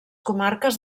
comarques